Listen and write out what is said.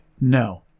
No